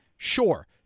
Sure